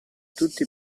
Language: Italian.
tutti